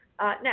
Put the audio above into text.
Now